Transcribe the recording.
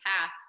path